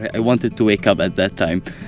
i wanted to wake up at that time.